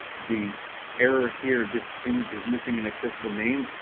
the error here, this image is missing an accessible name.